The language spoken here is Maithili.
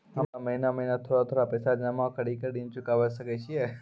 हम्मे महीना महीना थोड़ा थोड़ा पैसा जमा कड़ी के ऋण चुकाबै सकय छियै?